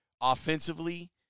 offensively